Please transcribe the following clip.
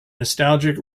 nostalgic